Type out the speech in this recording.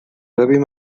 ببین